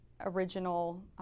original